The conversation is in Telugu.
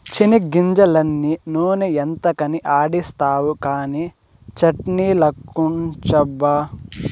చెనిగ్గింజలన్నీ నూనె ఎంతకని ఆడిస్తావు కానీ చట్ట్నిలకుంచబ్బా